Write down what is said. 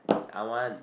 I want